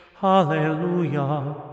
hallelujah